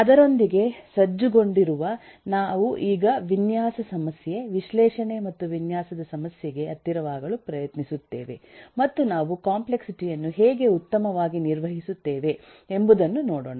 ಅದರೊಂದಿಗೆ ಸಜ್ಜುಗೊಂಡಿರುವ ನಾವು ಈಗ ವಿನ್ಯಾಸ ಸಮಸ್ಯೆ ವಿಶ್ಲೇಷಣೆ ಮತ್ತು ವಿನ್ಯಾಸದ ಸಮಸ್ಯೆಗೆ ಹತ್ತಿರವಾಗಲು ಪ್ರಯತ್ನಿಸುತ್ತೇವೆ ಮತ್ತು ನಾವು ಕಾಂಪ್ಲೆಕ್ಸಿಟಿ ಯನ್ನು ಹೇಗೆ ಉತ್ತಮವಾಗಿ ನಿರ್ವಹಿಸುತ್ತೇವೆ ಎಂಬುದನ್ನು ನೋಡೋಣ